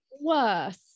worse